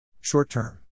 Short-term